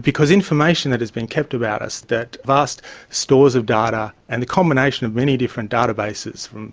because information that is being kept about us, that vast stores of data and the combination of many different databases, from